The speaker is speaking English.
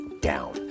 down